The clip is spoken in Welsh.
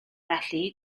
felly